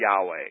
Yahweh